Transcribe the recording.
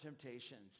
temptations